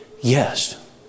Yes